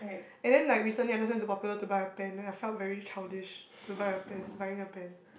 and then like recently I just went Popular to buy a pen that I felt really childish to buy a pen buying a pen